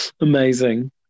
Amazing